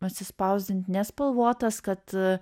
atsispausdint nespalvotas kad